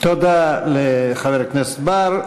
תודה לחבר הכנסת בר.